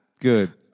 good